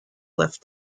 left